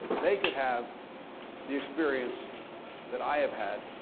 they could have the experience that i have had,